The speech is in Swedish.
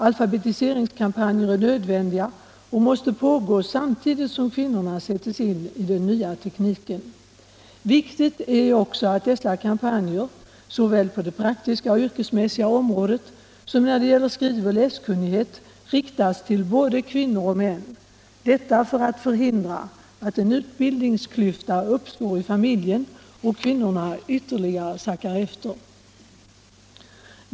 Alfabetiseringskampanjer är nödvändiga och måste pågå samtidigt som kvinnorna sättes in i den nya tekniken. Viktigt är också att dessa kampanjer, såväl på det praktiska och yrkesmässiga området som när det gäller skriv och läskunnighet, riktas till både kvinnor och män, detta för att förhindra att en utbildningsklyfta uppstår i familjen och kvinnorna ytterligare sackar efter.